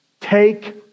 Take